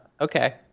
Okay